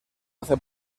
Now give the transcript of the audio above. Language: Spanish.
hace